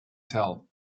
tell